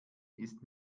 ist